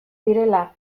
direla